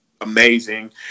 amazing